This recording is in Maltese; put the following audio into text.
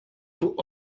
fuq